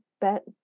bet